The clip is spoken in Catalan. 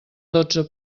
dotze